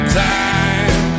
time